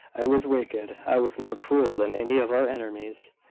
i was wicked i was more cruel than any of our enemies,